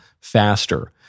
faster